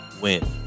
win